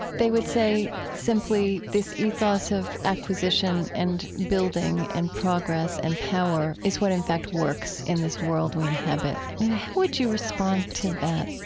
they would say, simply, this ethos of acquisition and building and progress and power is what, in fact, works in this world we inhabit. now, how would you respond to that?